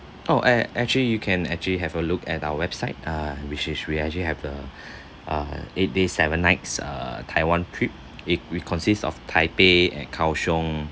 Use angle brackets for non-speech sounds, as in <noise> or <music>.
oh eh actually you can actually have a look at our website uh which is we actually have the <breath> uh eight days seven nights uh taiwan trip it we consist of taipei and kaohsiung